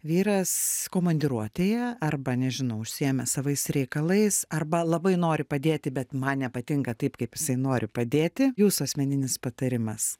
vyras komandiruotėje arba nežinau užsiėmęs savais reikalais arba labai nori padėti bet man nepatinka taip kaip jisai nori padėti jūsų asmeninis patarimas